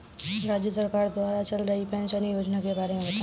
राज्य सरकार द्वारा चल रही पेंशन योजना के बारे में बताएँ?